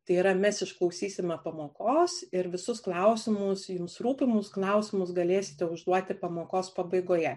tai yra mes išklausysime pamokos ir visus klausimus jums rūpimus klausimus galėsite užduoti pamokos pabaigoje